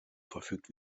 verfügt